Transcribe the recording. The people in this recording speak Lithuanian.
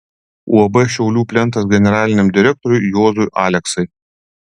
uab šiaulių plentas generaliniam direktoriui juozui aleksai